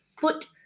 foot